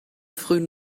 frühen